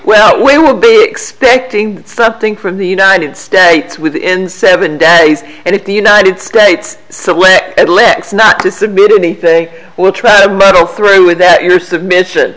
well we will be expecting something from the united states within seven days and if the united states so when it looks not to submit anything we'll try to muddle through with that your submission